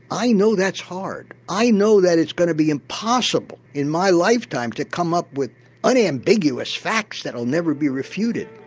i know that's hard, i know that it's going to be impossible in my lifetime to come up with unambiguous facts that'll never be refuted.